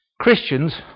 Christians